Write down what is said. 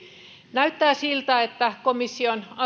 näyttää siltä että komission